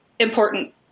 important